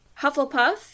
Hufflepuff